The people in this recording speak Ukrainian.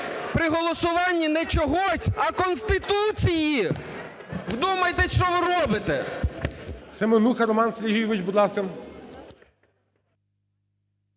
при голосуванні не чогось, а Конституції, вдумайтесь, що ви робите. ГОЛОВУЮЧИЙ. Семенуха Роман Сергійович, будь ласка.